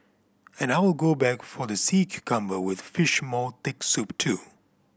and I'll go back for the sea cucumber with fish maw thick soup too